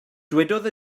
dywedodd